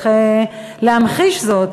צריך להמחיש זאת.